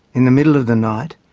in the middle of the night,